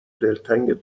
دلتنگ